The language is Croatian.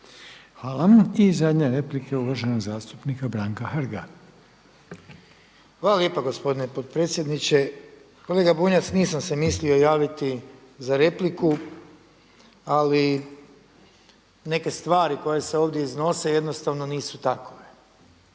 Hvala. I zadnja replika je uvaženog zastupnika Branka Hrga. **Hrg, Branko (HDS)** Hvala lijepa gospodine potpredsjedniče. Kolega Bunjac nisam se mislio javiti za repliku ali neke stvari koje se ovdje iznose jednostavno nisu takve.